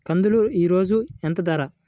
కందులు ఈరోజు ఎంత ధర?